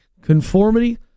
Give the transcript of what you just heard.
Conformity